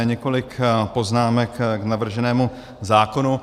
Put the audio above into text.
Několik poznámek k navrženému zákonu.